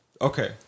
Okay